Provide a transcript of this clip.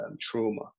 trauma